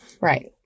Right